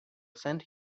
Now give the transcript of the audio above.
send